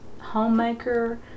homemaker